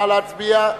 נא להצביע.